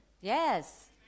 Yes